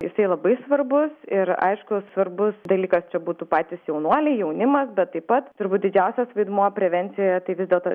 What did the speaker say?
jisai labai svarbus ir aišku svarbus dalykas čia būtų patys jaunuoliai jaunimas bet taip pat turbūt didžiausias vaidmuo prevencijoje tai vis dėlto